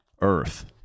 earth